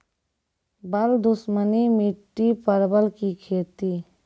बल दुश्मनी मिट्टी परवल की खेती?